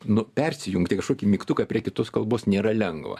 nu persijungti kažkokį mygtuką prie kitos kalbos nėra lengva